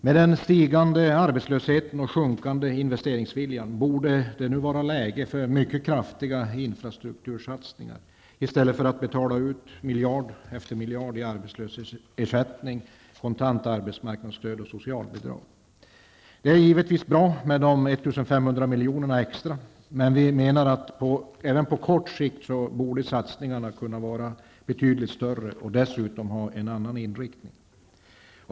Med den stigande arbetslösheten och den sjunkande investeringsviljan borde det nu vara läge för mycket kraftiga infrastruktursatsningar i stället för att miljard efter miljard betalas ut i arbetslöshetsersättning, kontant arbetsmarknadsstöd och socialbidrag. Det är givetvis bra med denna extra investering på 1 500 milj.kr., men vi menar att satsningarna även på kort sikt borde kunna vara betydligt större och dessutom ha en annan inriktning.